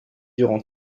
durant